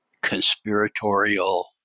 conspiratorial